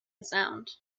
sound